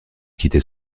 quitter